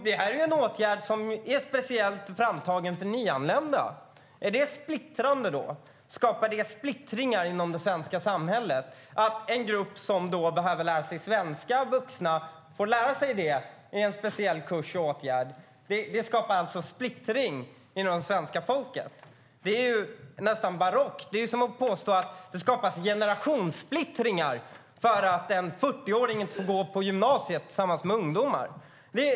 Det är en åtgärd som är speciellt framtagen för nyanlända. Är det då splittrande? Skapar det splittring inom det svenska samhället att en grupp vuxna som behöver lära sig svenska får lära sig det på en speciell kurs? Det skapar alltså splittring inom svenska folket. Det är nästan barockt. Det är som att påstå att det skapas en generationssplittring för att en 40-åring inte får gå på gymnasiet tillsammans med ungdomar.